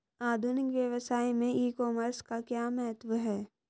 आधुनिक व्यवसाय में ई कॉमर्स का क्या महत्व है?